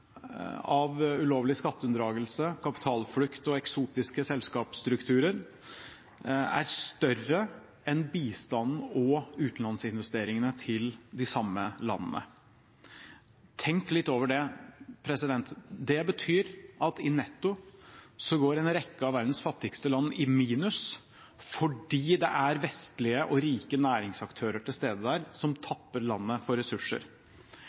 av ulovlig skatteunndragelse, kapitalflukt og eksotiske selskapsstrukturer, er større enn bistanden og utenlandsinvesteringene til de samme landene. Tenk litt over det! Det betyr at i netto går en rekke av verdens fattigste land i minus fordi det er vestlige og rike næringsaktører til stede der som tapper landet for ressurser.